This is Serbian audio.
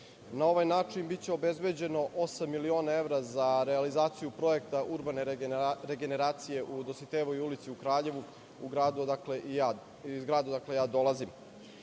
ovaj način biće obezbeđeno osam miliona evra za realizaciju projekta urbane regeneracije u Dositejevoj ulici u Kraljevu, iz grada odakle dolazim.